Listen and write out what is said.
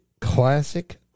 classic